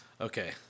Okay